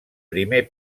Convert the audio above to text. primer